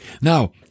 Now